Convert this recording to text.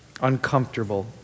uncomfortable